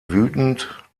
wütend